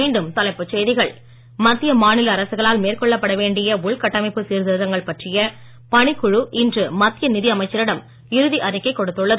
மீண்டும் தலைப்புச் செய்திகள் மத்திய மாநில அரசுகளால் மேற்கொள்ளப்பட வேண்டிய உள்கட்டமைப்பு சீர்திருத்தங்கள் பற்றிய பணிக்குழு இன்று மத்திய நிதி அமைச்சரிடம் இறுதி அறிக்கை கொடுத்துள்ளது